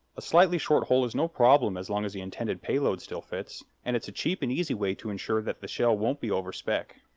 a slightly short hull is no problem as long as the intended payload still fits, and it's a cheap and easy way to ensure that the shell won't be over spec.